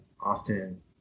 often